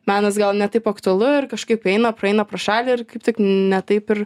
menas gal ne taip aktualu ir kažkaip eina praeina pro šalį ir kaip tik ne taip ir